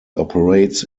operates